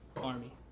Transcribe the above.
army